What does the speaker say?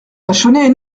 vachonnet